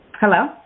Hello